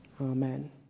Amen